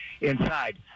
inside